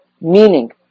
Meaning